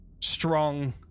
strong